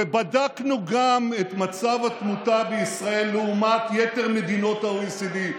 ובדקנו גם את מצב התמותה בישראל לעומת יתר מדינות ה-OECD,